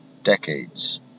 decades